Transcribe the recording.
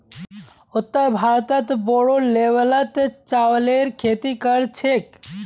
उत्तर भारतत बोरो लेवलत चावलेर खेती कर छेक